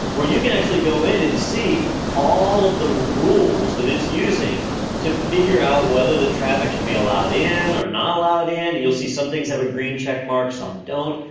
where you can actually go in and see all of the rules that it's using to figure out whether the traffic should be allowed in or not allowed in. you'll see some things have a green checkmarks, some don't.